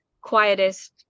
quietest